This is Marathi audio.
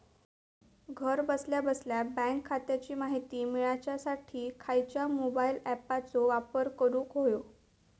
घरा बसल्या बसल्या बँक खात्याची माहिती मिळाच्यासाठी खायच्या मोबाईल ॲपाचो वापर करूक होयो?